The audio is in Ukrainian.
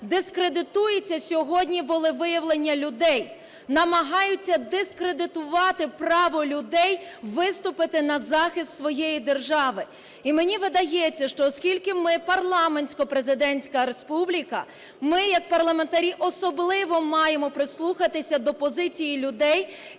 Дискредитується сьогодні волевиявлення людей. Намагаються дискредитувати право людей виступити на захист своєї держави. І мені видається, що, оскільки ми – парламентсько-президентська республіка, ми як парламент арі особливо маємо прислухатися до позиції людей,